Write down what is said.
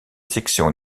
sections